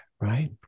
right